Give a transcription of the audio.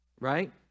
right